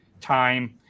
time